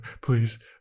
please